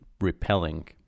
repelling